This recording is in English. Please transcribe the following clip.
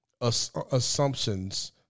assumptions